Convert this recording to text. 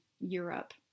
europe